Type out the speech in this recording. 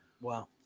Wow